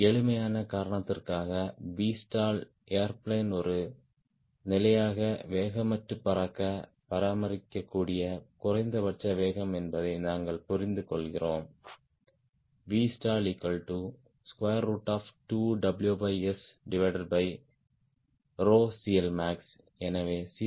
எளிமையான காரணத்திற்காக Vstall airplane ஒரு நிலையாக வேகமற்று பறக்க பராமரிக்கக்கூடிய குறைந்தபட்ச வேகம் என்பதை நாங்கள் புரிந்துகொள்கிறோம் Vstall2WSCLmax எனவே சி